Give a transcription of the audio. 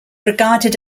regarded